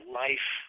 life